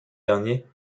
dernier